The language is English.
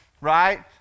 right